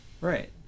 right